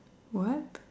what